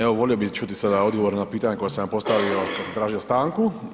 Evo, volio bih čuti sada odgovor na pitanje koje sam vam postavio kad sam tražio stanku.